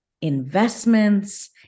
investments